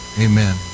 Amen